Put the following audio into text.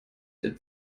der